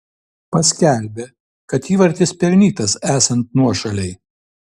paskelbė kad įvartis pelnytas esant nuošalei